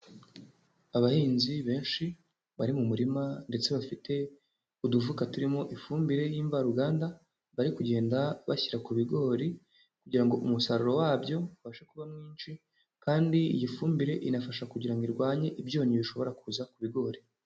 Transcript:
Abahinzi benshi bari mu murima ndetse bafite udufuka turimo ifumbire y'imvaruganda, bari kugenda bashyira ku bigori, kugira ngo umusaruro wabyo ubashe kuba mwinshi, kandi iyi fumbire inafasha kugira ngo irwanye ibyonnyi bishobora kuza ku bigori.